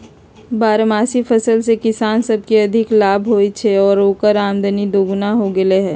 बारहमासी फसल से किसान सब के अधिक लाभ होई छई आउर ओकर आमद दोगुनी हो गेलई ह